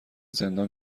زندان